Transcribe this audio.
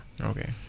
okay